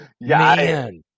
Man